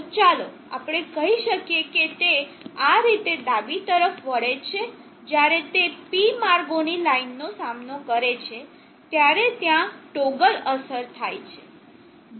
તો ચાલો આપણે કહી શકીએ કે તે આ રીતે ડાબી તરફ વળે છે જ્યારે તે P માર્ગોની લાઇનનો સામનો કરે છે ત્યારે ત્યાં ટોગલ અસર થાય છે